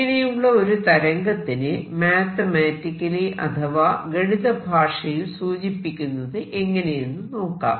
ഇങ്ങനെയുള്ള ഒരു തരംഗത്തിനെ മാത്തമാറ്റിക്കലി അഥവാ ഗണിത ഭാഷയിൽ സൂചിപ്പിക്കുന്നത് എങ്ങനെയെന്നു നോക്കാം